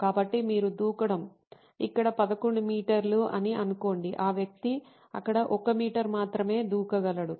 కాబట్టి మీరు దూకడం ఇక్కడ 11 మీ అని అనుకోండి ఆ వ్యక్తి అక్కడ 1 మీ మాత్రమే దూకగలడు